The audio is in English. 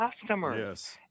customers